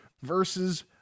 versus